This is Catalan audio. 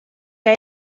que